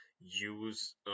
use